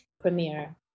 premiere